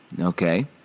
Okay